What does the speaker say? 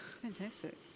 Fantastic